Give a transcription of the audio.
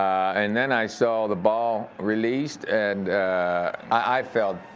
and then i saw the ball released. and i felt